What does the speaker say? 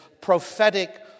prophetic